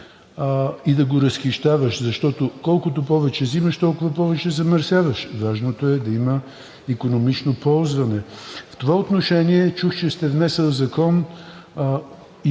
и да го разхищаваш, защото колкото повече взимаш, толкова повече замърсяваш. Важното е да има икономично ползване. В това отношение чух, че сте внесъл закон